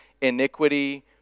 iniquity